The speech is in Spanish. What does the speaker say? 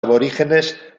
aborígenes